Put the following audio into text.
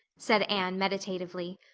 said anne meditatively.